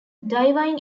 divine